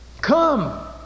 Come